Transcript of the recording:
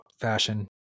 fashion